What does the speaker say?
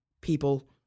people